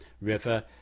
River